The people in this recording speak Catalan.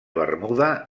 bermuda